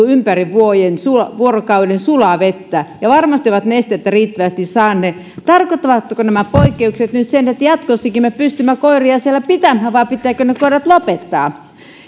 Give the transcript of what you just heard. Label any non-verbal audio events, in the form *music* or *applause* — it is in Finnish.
*unintelligible* ympäri vuorokauden sulaa vettä ja varmasti ovat nestettä riittävästi saaneet tarkoittavatko nämä poikkeukset nyt sitä että jatkossakin me pystymme koiria siellä pitämään vai pitääkö ne koirat lopettaa